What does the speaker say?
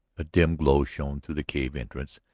a dim glow shone through the cave entrance,